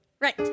Right